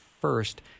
first